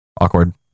Awkward